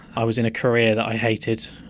i was in a career that i hated.